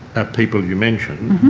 people you mentioned,